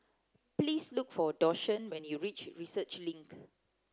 please look for Dashawn when you reach Research Link